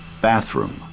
Bathroom